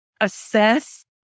assess